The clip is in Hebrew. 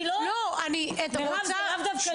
לא, מירב, זה לאו דווקא "לצידך".